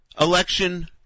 election